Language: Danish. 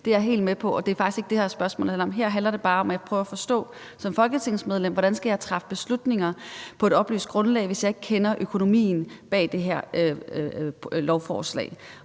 Det er jeg helt med på, og det er faktisk ikke det, spørgsmålet handler om. Her handler det bare om, at jeg som folketingsmedlem prøver at forstå, hvordan jeg skal træffe beslutninger på et oplyst grundlag, hvis jeg ikke kender økonomien bag det her lovforslag.